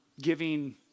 giving